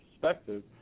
perspective